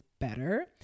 better